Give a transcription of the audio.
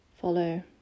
follow